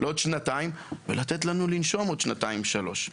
שלוש שנים ולתת לנו לנשום עוד שנתיים, שלוש.